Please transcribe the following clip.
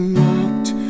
walked